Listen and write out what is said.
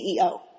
CEO